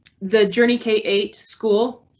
the journey k eight school.